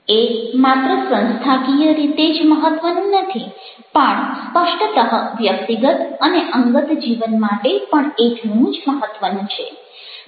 એ માત્ર સંસ્થાકીય રીતે જ મહત્વનું નથી પણ સ્પષ્ટત વ્યક્તિગત અને અંગત જીવન માટે પણ એટલું જ મહત્વનું છે